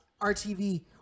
RTV